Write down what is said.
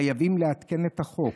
חייבים לעדכן את החוק.